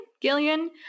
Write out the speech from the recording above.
Gillian